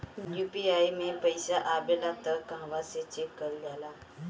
UPI मे पइसा आबेला त कहवा से चेक कईल जाला?